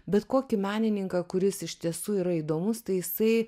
bet kokį menininką kuris iš tiesų yra įdomus tai jisai